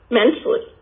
mentally